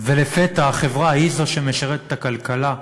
ולפתע החברה היא זו שמשרתת את הכלכלה,